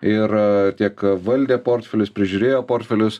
ir tiek valdė portfelius prižiūrėjo portfelius